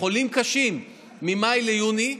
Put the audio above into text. חולים קשים ממאי ליוני,